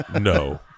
no